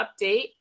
update